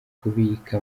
kubika